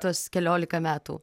tos keliolika metų